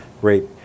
great